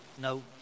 no